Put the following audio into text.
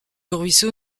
ruisseau